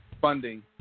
funding